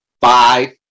five